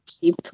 cheap